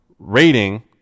Rating